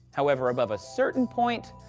however, above a certain point,